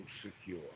secure